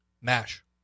MASH